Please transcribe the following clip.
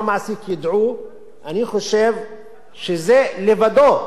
אני חושב שזה לבדו יכול לשנות מצב.